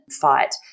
fight